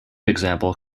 example